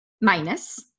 minus